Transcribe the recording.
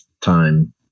time